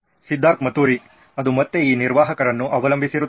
ಸಿದ್ಧಾರ್ಥ್ ಮತುರಿ ಅದು ಮತ್ತೆ ಈ ನಿರ್ವಾಹಕರನ್ನು ಅವಲಂಬಿಸಿರುತ್ತದೆ